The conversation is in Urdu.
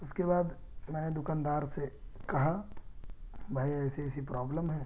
اس کے بعد میں نے دکان دار سے کہا بھائی ایسی ایسی پرابلم ہے